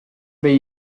bija